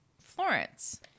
Florence